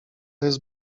jest